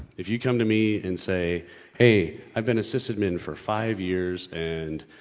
if you come to me and say hey, i've been a sysadmin for five years and.